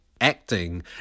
acting